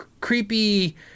creepy